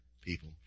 people